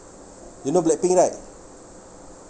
you know blackpink right